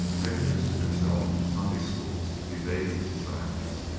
had interested himself in sunday-schools, debating societies,